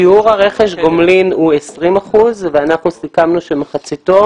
שיעור רכש הגומלין הוא 20 אחוזים ואנחנו סיכמנו שמחציתו